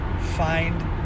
find